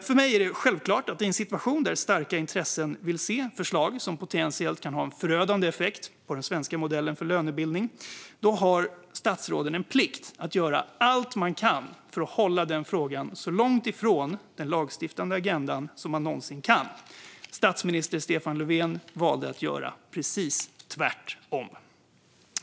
För mig är det självklart att statsråden har en plikt, i en situation där starka intressen vill se ett förslag som potentiellt kan ha en förödande effekt på den svenska modellen för lönebildning, att göra allt de kan för att hålla den frågan så långt ifrån den lagstiftande agendan som de någonsin kan. Statsminister Stefan Löfven valde att göra precis tvärtom.